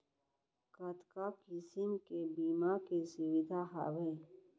कतका किसिम के बीमा के सुविधा हावे?